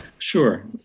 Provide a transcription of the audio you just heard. Sure